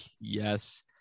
yes